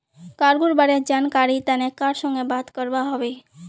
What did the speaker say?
cargo बारे जानकरीर तने कार संगे बात करवा हबे